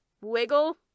wiggle